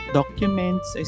documents